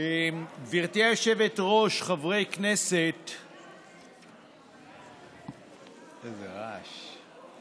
גברתי היושבת-ראש, חברי הכנסת, איזה רעש.